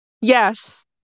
yes